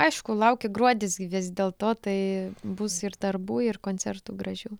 aišku laukia gruodis vis dėlto tai bus ir darbų ir koncertų gražių